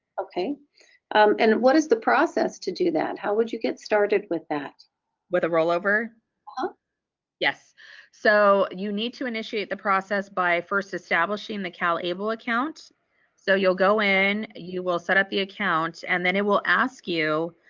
okay and what is the process to do that how would you get started with that with a rollover oh yes so you need to initiate the process by first establishing the cow label account so you'll go in you will set up the account and then it will ask you